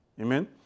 Amen